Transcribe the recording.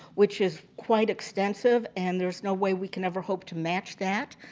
which is quite extensive and there is no way we can ever hope to match that,